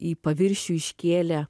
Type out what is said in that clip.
į paviršių iškėlė